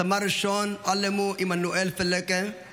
סמל ראשון עלמנאו עמנואל פלקה,